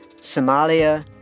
Somalia